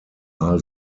are